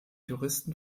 juristen